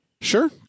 Sure